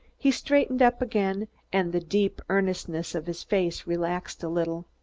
he straightened up again and the deep earnestness of his face relaxed a little.